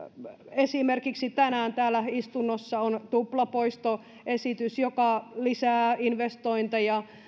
esimerkiksi tänään täällä istunnossa on tuplapoistoesitys joka lisää investointeja